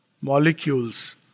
molecules